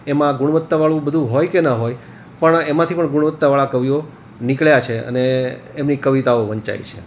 એમાં ગુણવત્તાવાળું બધુ હોય કે ના હોય પણ એમાંથી પણ ગુણવત્તાવાળા કવિઓ નીકળ્યા છે અને એમની કવિતાઓ વંચાય છે